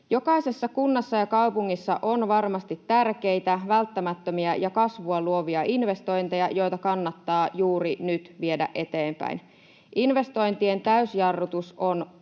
Jokaisessa kunnassa ja kaupungissa on varmasti tärkeitä, välttämättömiä ja kasvua luovia investointeja, joita kannattaa juuri nyt viedä eteenpäin. Investointien täysjarrutus on